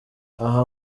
aha